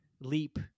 leap